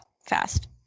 fast